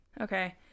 okay